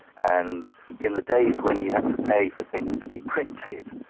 and in the days when you had to pay for things to be printed,